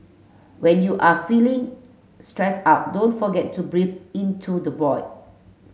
when you are feeling stressed out don't forget to breathe into the void